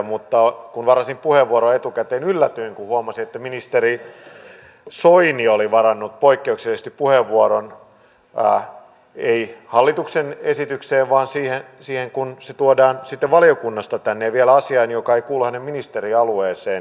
mutta kun varasin puheenvuoron etukäteen yllätyin kun huomasin että ministeri soini oli varannut poikkeuksellisesti puheenvuoron ei hallituksen esityksestä vaan siitä kun se tuodaan sitten valiokunnasta tänne ja vielä asiasta joka ei kuulu hänen ministerialueeseensa